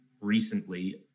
recently